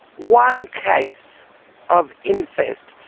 one case of incest,